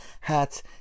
hats